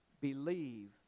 believe